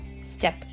Step